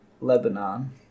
Lebanon